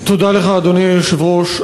תודה לך, אדוני היושב-ראש.